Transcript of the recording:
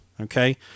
Okay